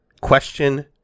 Question